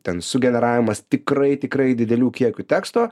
ten sugeneravimas tikrai tikrai didelių kiekių teksto